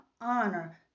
honor